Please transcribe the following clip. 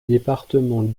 département